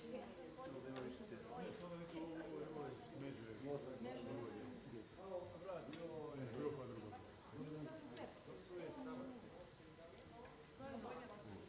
Hvala vam.